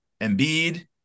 Embiid